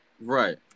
Right